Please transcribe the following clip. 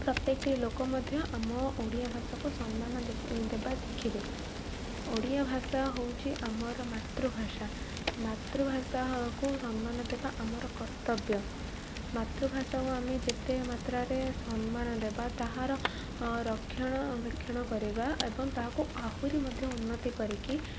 ପ୍ରତ୍ୟେକଟି ଲୋକ ମଧ୍ୟ ଆମ ଓଡ଼ିଆ ଭାଷାକୁ ସମ୍ମାନ ଦେବା ଶିଖିବେ ଓଡ଼ିଆ ଭାଷା ହଉଚି ଆମର ମାତୃଭାଷା ମାତୃଭାଷାକୁ ସମ୍ମାନ ଦେବା ଆମର କର୍ତ୍ତବ୍ୟ ମାତୃଭାଷାକୁ ଆମେ ଯେତେ ମାତ୍ରାରେ ସମ୍ମାନ ଦେବା ତାହାର ରକ୍ଷଣବେେକ୍ଷଣ କରିବା ଏବଂ ତାହାକୁ ଆହୁରି ମଧ୍ୟ ଉନ୍ନତି କରିକି